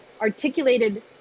articulated